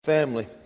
family